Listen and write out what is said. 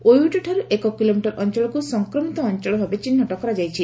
ଓୟୁଏଟିଠାରୁ ଏକ କିଲୋମିଟର ଅଞ୍ଚଳକୁ ସଂକ୍ରମିତ ଅଞ୍ଚଳ ଭାବେ ଚିହ୍ଟ କରାଯାଇଛି